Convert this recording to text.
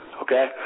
okay